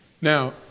Now